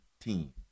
team